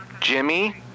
Jimmy